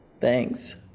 Thanks